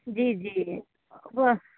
जी जी वह